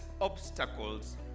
obstacles